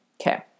Okay